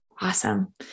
Awesome